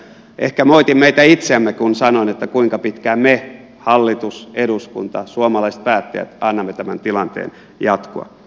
ehkä moitin meitä itseämme kun sanoin kuinka pitkään me hallitus eduskunta suomalaiset päättäjät annamme tämän tilanteen jatkua